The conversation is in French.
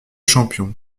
champion